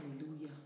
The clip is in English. hallelujah